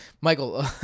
Michael